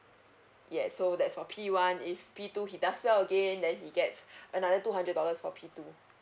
yes so that's for p one if p two he does well again then he gets another two hundred dollars for p two